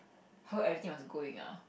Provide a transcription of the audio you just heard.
how everything was going ah